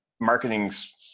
Marketing's